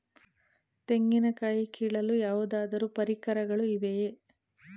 ತೆಂಗಿನ ಕಾಯಿ ಕೀಳಲು ಯಾವುದಾದರು ಪರಿಕರಗಳು ಇವೆಯೇ?